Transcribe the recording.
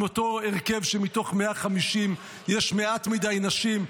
עם אותו הרכב שמתוך 150 יש מעט מדי נשים.